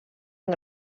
amb